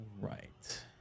right